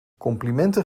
complimenten